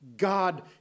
God